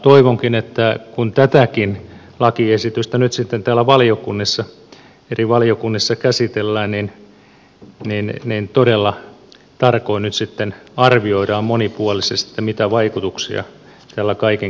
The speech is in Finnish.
toivonkin että kun tätäkin lakiesitystä nyt sitten täällä eri valiokunnissa käsitellään niin todella tarkoin nyt sitten arvioidaan monipuolisesti mitä vaikutuksia tällä kaiken kaikkiaan on